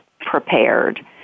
prepared